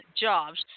jobs